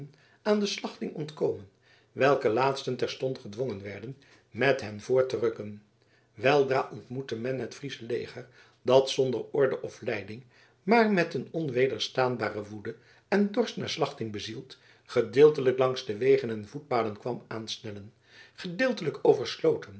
aan de slachting ontkomen welke laatsten terstond gedwongen werden met hen voort te rukken weldra ontmoette men het friesche leger dat zonder orde of leiding maar met een onwederstaanbare woede en dorst naar slachting bezield gedeeltelijk langs de wegen en voetpaden kwam aansnellen gedeeltelijk